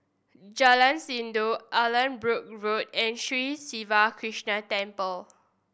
Jalan Sindor Allanbrooke Road and Sri Siva Krishna Temple